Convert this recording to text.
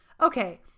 okay